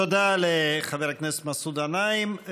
תודה לחבר הכנסת מסעוד גנאים.